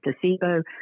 placebo